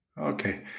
Okay